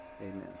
Amen